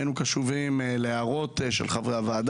היינו קשובים להערות של חברי הוועדה.